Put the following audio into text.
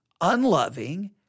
unloving